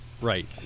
Right